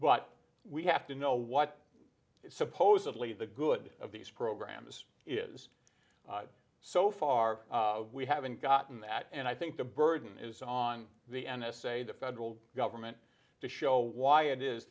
but we have to know what supposedly the good of these programs is so far we haven't gotten that and i think the burden is on the n s a the federal government to show why it is